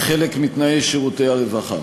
כחלק מתנאי שירותי הרווחה.